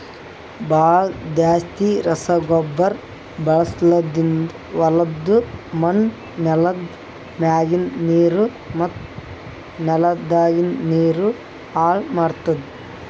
ಭಾಳ್ ಜಾಸ್ತಿ ರಸಗೊಬ್ಬರ ಬಳಸದ್ಲಿಂತ್ ಹೊಲುದ್ ಮಣ್ಣ್, ನೆಲ್ದ ಮ್ಯಾಗಿಂದ್ ನೀರು ಮತ್ತ ನೆಲದಾಗಿಂದ್ ನೀರು ಹಾಳ್ ಮಾಡ್ತುದ್